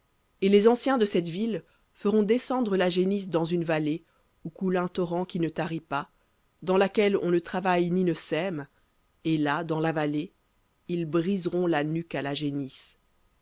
et les anciens de cette ville feront descendre la génisse dans une vallée qui ne tarit pas dans laquelle on ne travaille ni ne sème et là dans la vallée ils briseront la nuque à la génisse